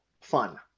fun